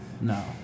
No